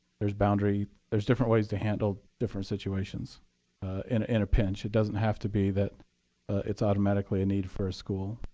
there's boundary there's different ways to handle different situations in in a pinch. it doesn't have to be that it's automatically a need for a school.